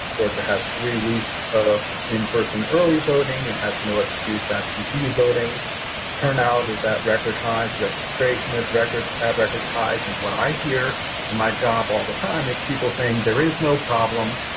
georgia has three weeks of in-person early voting. it has no excuse. absentee voting turnout is at record highs. registration is record at record highs and what i hear in my job all the time is people saying there is no problem.